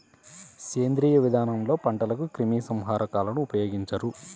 సేంద్రీయ విధానంలో పంటలకు క్రిమి సంహారకాలను ఉపయోగించరు